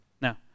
Now